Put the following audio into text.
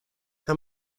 how